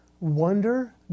Wonder